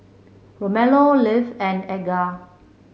Romello Ivie and Edgar